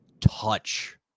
touch